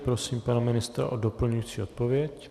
Prosím pana ministra o doplňující odpověď.